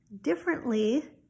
differently